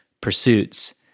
pursuits